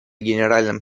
генеральным